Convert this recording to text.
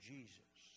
Jesus